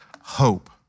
hope